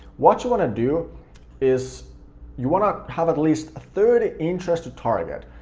what you want to do is you want to have at least thirty interests to target.